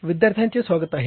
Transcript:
विद्यार्थ्यांचे स्वागत आहे